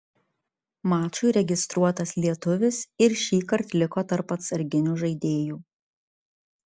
mačui registruotas lietuvis ir šįkart liko tarp atsarginių žaidėjų